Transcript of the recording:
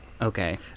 Okay